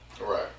Right